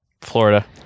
Florida